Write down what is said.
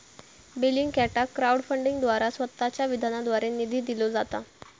बेलिंगकॅटाक क्राउड फंडिंगद्वारा स्वतःच्या विधानाद्वारे निधी दिलो जाता